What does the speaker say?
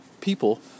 People